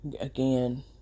Again